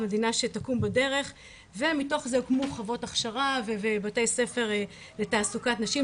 במדינה שתקום בדרך ומתוך זה הוקמו חברות הכשרה ובתי ספר לתעסוקת נשים,